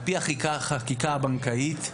על פי החקיקה הבנקאית,